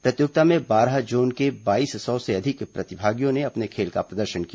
प्रतियोगिता में बारह जोन के बाईस सौ से अधिक प्रतिभागियों ने अपने खेल का प्रदर्शन किया